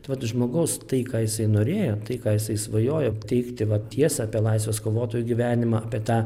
vat žmogaus tai ką jisai norėjo tai ką jisai svajojo teigti vat tiesą apie laisvės kovotojų gyvenimą apie tą